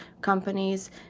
companies